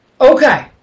Okay